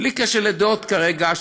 בלי קשר לדעות כרגע,